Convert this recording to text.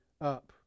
up